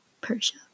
Persia